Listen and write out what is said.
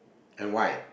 and why